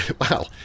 wow